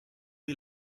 die